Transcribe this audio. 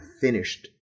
finished